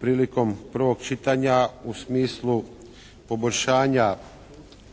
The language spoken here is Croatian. prilikom prvog čitanja u smislu poboljšanja